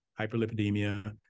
hyperlipidemia